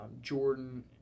Jordan